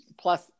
plus